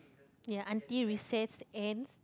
ya until recess ends